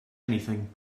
anything